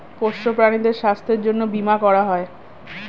পোষ্য প্রাণীদের স্বাস্থ্যের জন্যে বীমা করা হয়